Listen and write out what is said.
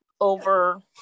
over